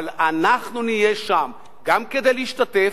אבל אנחנו נהיה שם גם כדי להשתתף,